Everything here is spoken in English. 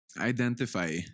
Identify